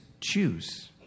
choose